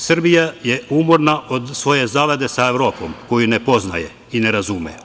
Srbija je umorna od svoje zavade sa Evropom koju ne poznaje i ne razume.